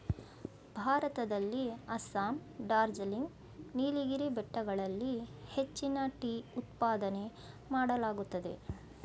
ಭಾರತದಲ್ಲಿ ಅಸ್ಸಾಂ, ಡಾರ್ಜಿಲಿಂಗ್, ನೀಲಗಿರಿ ಬೆಟ್ಟಗಳಲ್ಲಿ ಹೆಚ್ಚಿನ ಟೀ ಉತ್ಪಾದನೆ ಮಾಡಲಾಗುತ್ತದೆ